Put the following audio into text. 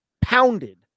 pounded